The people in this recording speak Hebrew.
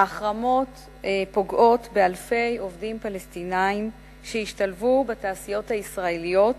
ההחרמות פוגעות באלפי עובדים פלסטינים שהשתלבו בתעשיות הישראליות,